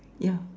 yeah